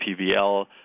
PVL